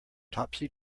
topsy